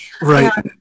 Right